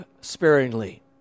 sparingly